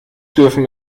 dürfen